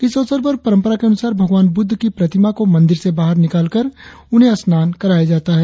इस अवसर पर परंपरा के अनुसार भगमान बुद्ध की प्रतिमा को मंदिर से बाहर निकालकर उन्हें स्नान कराया जाता है